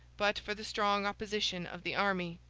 but for the strong opposition of the army.